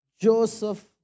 Joseph